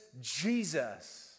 Jesus